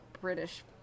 British